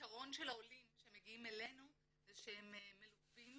שהיתרון של העולים שמגיעים אלינו זה שהם מלווים